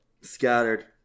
scattered